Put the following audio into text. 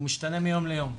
הוא משתנה מיום ליום,